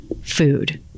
food